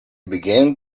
began